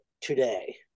today